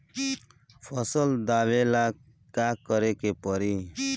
फसल दावेला का करे के परी?